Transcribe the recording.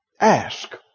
Ask